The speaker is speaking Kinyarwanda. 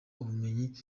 ubumenyi